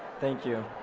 thank you